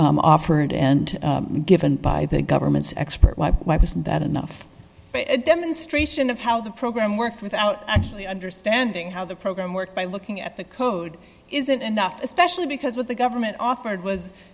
were offered and given by the government's expert that enough demonstration of how the program worked without actually understanding how the program worked by looking at the code isn't enough especially because what the government offered was